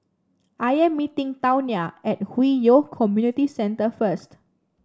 I am meeting Tawnya at Hwi Yoh Community Centre first